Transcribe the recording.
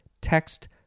text